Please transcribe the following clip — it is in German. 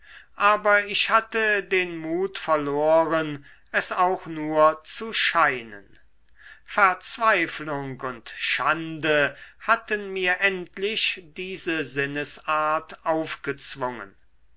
aber ich hatte den mut verloren es auch nur zu scheinen verzweiflung und schande hatten mir endlich diese sinnesart aufgezwungen